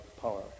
power